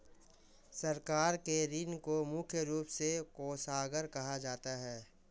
सरकार के ऋण को मुख्य रूप से कोषागार कहा जाता है